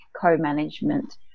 co-management